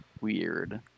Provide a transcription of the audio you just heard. weird